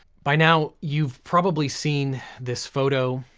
by now you've probably seen this photo.